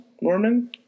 Norman